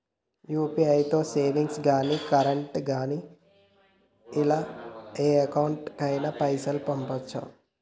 UPI తో savings గాని current గాని ఇలా ఏ అకౌంట్ కైనా పైసల్ పంపొచ్చా?